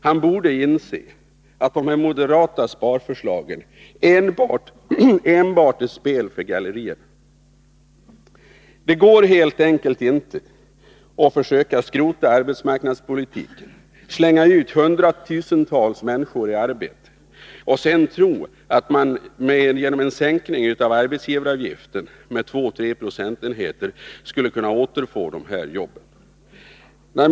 Han borde inse att de moderata sparförslagen enbart är spel för galleriet. Det går helt enkelt inte att försöka skrota arbetsmarknadspolitiken, slänga ut hundratusentals människor i arbetslöshet och sedan tro att man genom en sänkning av arbetsgivaravgiften med 2-3 procentenheter skall kunna återfå dessa jobb.